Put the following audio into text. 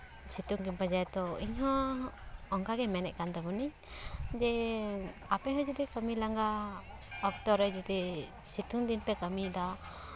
ᱥᱤᱛᱩᱝ ᱜᱮᱢ ᱯᱟᱸᱡᱟᱭᱟ ᱛᱳ ᱤᱧ ᱦᱚᱸ ᱚᱱᱠᱟᱜᱮ ᱢᱮᱱᱮᱜ ᱠᱟᱱ ᱛᱟᱵᱱᱟᱹᱧ ᱡᱮ ᱟᱯᱮ ᱦᱚᱸ ᱡᱩᱫᱤ ᱠᱟᱹᱢᱤ ᱞᱟᱸᱜᱟ ᱚᱠᱛᱚ ᱨᱮ ᱡᱩᱫᱤ ᱥᱤᱛᱩᱝ ᱫᱤᱱᱯᱮ ᱠᱟᱹᱢᱤᱭ ᱫᱟ